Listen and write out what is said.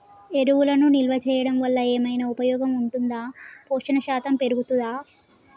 ఎరువులను నిల్వ చేయడం వల్ల ఏమైనా ఉపయోగం ఉంటుందా పోషణ శాతం పెరుగుతదా?